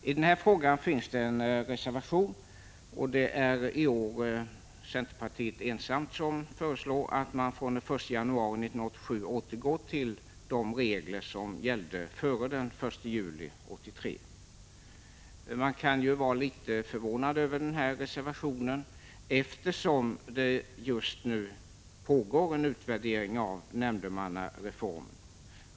I den här frågan finns det en reservation. Det är i år centerpartiet ensamt som föreslår att man från den 1 januari 1987 återgår till de regler som gällde före den 1 juli 1983. Man kan vara litet förvånad över den här reservationen, eftersom det just nu pågår en utvärdering av nämndemannareformen.